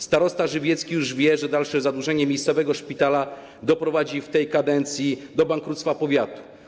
Starosta żywiecki już wie, że dalsze zadłużenie miejscowego szpitala doprowadzi w tej kadencji do bankructwa powiatu.